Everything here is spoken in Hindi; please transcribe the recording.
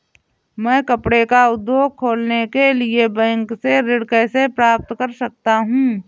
मैं कपड़े का उद्योग खोलने के लिए बैंक से ऋण कैसे प्राप्त कर सकता हूँ?